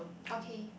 okay